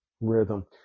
rhythm